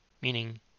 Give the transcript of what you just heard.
Meaning